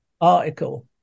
article